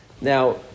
Now